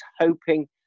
hoping